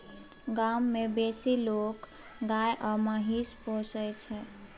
गाम मे बेसी लोक गाय आ महिष पोसय छै